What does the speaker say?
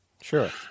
Sure